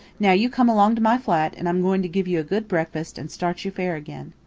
now you come along to my flat, and i'm going to give you a good breakfast and start you fair again.